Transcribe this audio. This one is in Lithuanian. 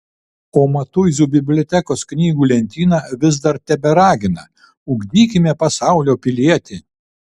o matuizų bibliotekos knygų lentyna vis dar teberagina ugdykime pasaulio pilietį